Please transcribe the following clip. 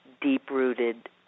deep-rooted